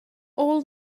all